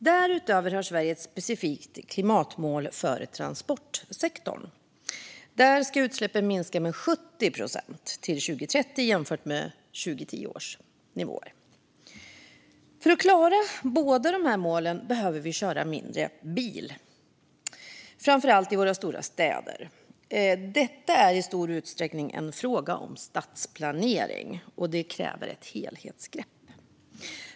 Därutöver har Sverige ett specifikt klimatmål för transportsektorn. Där ska utsläppen minska med 70 procent till 2030 jämfört med 2010 års nivåer. För att klara båda dessa mål behöver vi köra mindre bil, framför allt i våra stora städer. Detta är i stor utsträckning en fråga om stadsplanering, och det kräver ett helhetsgrepp.